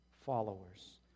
followers